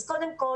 אז קודם כל